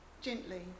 gently